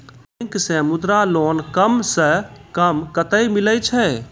Bank से Mudra loan कम सऽ कम कतैय मिलैय छै?